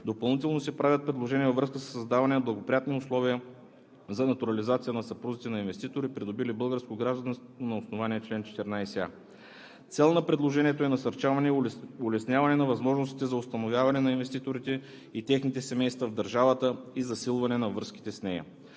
Допълнително се правят предложения във връзка със създаване на благоприятни условия за натурализация на съпрузите на инвеститори, придобили българско гражданство на основание чл. 14а. Цел на предложението е насърчаване и улесняване на възможностите за установяване на инвеститорите и техните семейства в държавата и засилване на връзките с нея.